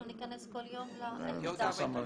אנחנו ניכנס כל יום איך נדע שפרסמתם?